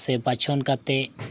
ᱥᱮ ᱵᱟᱪᱷᱚᱱ ᱠᱟᱛᱮᱫ